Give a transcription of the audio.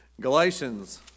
Galatians